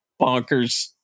bonkers